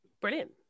brilliant